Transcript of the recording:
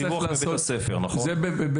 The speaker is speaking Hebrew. זה בהנחה שיש דיווח לבית-הספר.